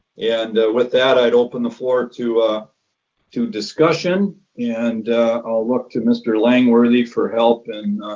and with that, i'd open the floor to ah to discussion and i'll look to mr. langworthy for help in